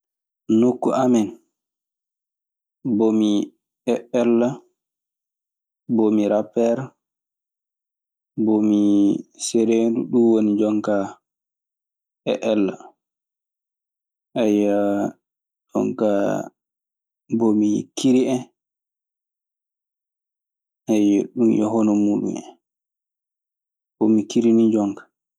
Nokku amen bomi e'ella, bomi rapper, bomi cereendu ɗum woni bomi e'elle jonka.